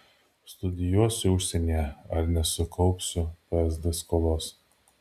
studijuosiu užsienyje ar nesukaupsiu psd skolos